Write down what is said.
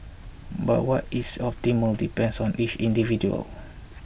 but what is optimal depends on each individual